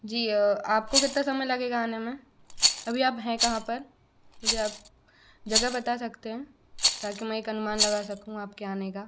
जी आपको कितना समय लगेगा आने में अभी आप हैं कहाँ पर मुझे आप जगह बता सकते हैं ताकि मैं एक अनुमान लगा सकूँ आपके आने का